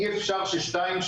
אי אפשר ששתיים,